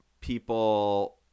people